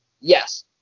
yes